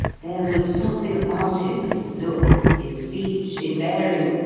there was something about him, in look, in speech, in bearing,